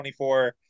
24